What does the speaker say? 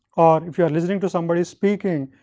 or if you are listening to somebody speaking,